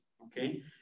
okay